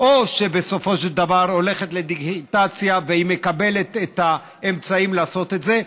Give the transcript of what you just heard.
או שבסופו של דבר הולכת לדיגיטציה והיא מקבלת את האמצעים לעשות את זה,